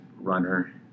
runner